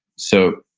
so,